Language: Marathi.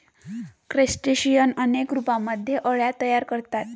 क्रस्टेशियन अनेक रूपांमध्ये अळ्या तयार करतात